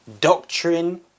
doctrine